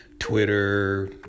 Twitter